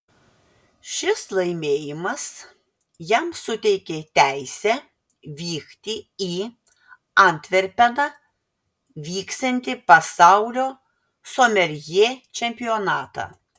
šis laimėjimas jam suteikė teisę vykti į antverpeną vyksiantį pasaulio someljė čempionatą